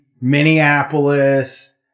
Minneapolis